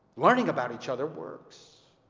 learning about each other works.